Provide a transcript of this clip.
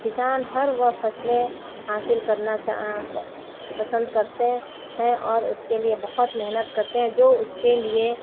کسان ہر وہ فصلیں حاصل کرنا پسند کرتے ہیں اور اُس کے لیے بہت محنت کرتے ہیں جو اُس کے لیے